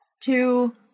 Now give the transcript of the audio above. two